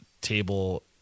table